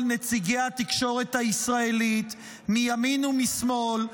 נציגי התקשורת הישראלית מימין ומשמאל,